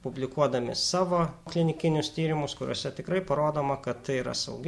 publikuodami savo klinikinius tyrimus kuriuose tikrai parodoma kad tai yra saugi